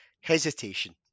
hesitation